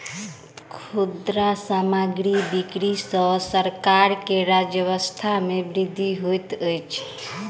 खुदरा सामग्रीक बिक्री सॅ सरकार के राजस्व मे वृद्धि होइत अछि